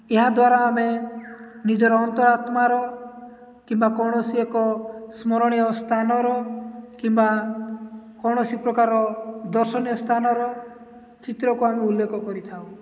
ଏହା ଦ୍ୱାରା ଆମେ ନିଜର ଅନ୍ତରଆତ୍ମାର କିମ୍ବା କୌଣସି ଏକ ସ୍ମରଣୀୟ ସ୍ଥାନର କିମ୍ବା କୌଣସି ପ୍ରକାର ଦର୍ଶନୀୟ ସ୍ଥାନର ଚିତ୍ରକୁ ଆମେ ଉଲ୍ଲେଖ କରିଥାଉ